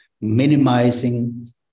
minimizing